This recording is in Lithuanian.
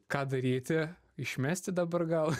ką daryti išmesti dabar gal